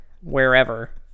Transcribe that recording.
Wherever